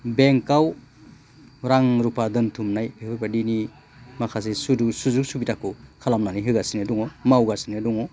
बेंकआव रां रुफा दोनथुमनाय बेफोरबादिनि माखासे सुरु सुजुक सुबिदाखौ खालामनानै होगासिनो दङ मावगासिनो दङ